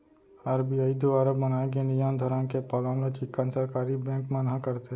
RBI दुवारा बनाए गे नियम धरम के पालन ल चिक्कन सरकारी बेंक मन ह करथे